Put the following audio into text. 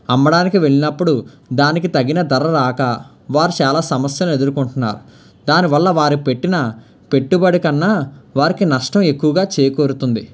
అమ్మడానికి వెళ్ళినప్పుడు దానికి తగిన ధర రాక వారు చాలా సమస్యలు ఎదుర్కొంటున్నారు దానివల్ల వారు పెట్టిన పెట్టుబడి కన్నా వారికి నష్టం ఎక్కువగా చేకూరుతుంది